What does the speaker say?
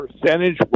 percentage